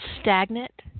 stagnant